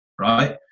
right